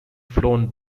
flown